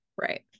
right